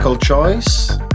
choice